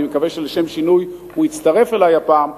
אני מקווה שלשם שינוי הוא יצטרף אלי הפעם,